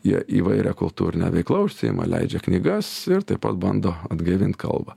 jie įvairia kultūrine veikla užsiima leidžia knygas ir taip pat bando atgaivint kalbą